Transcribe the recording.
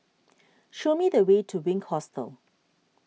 show me the way to Wink Hostel